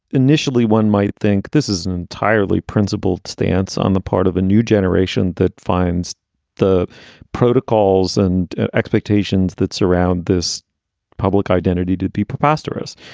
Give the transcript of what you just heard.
initially one might think this is an entirely principled stance on the part of a new generation that finds the protocols and expectations that surround this public identity to be preposterous.